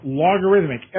logarithmic